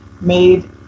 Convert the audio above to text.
made